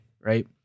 right